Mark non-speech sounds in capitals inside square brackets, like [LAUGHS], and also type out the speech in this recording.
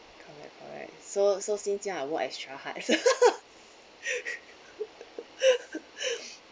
correct correct so so since young I worked extra hard [LAUGHS]